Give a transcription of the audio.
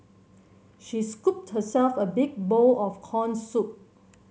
she scooped herself a big bowl of corn soup